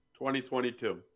2022